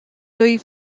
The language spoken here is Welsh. dwy